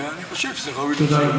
ואני חושב שזה ראוי לציון.